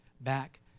back